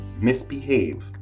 misbehave